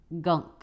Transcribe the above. gunk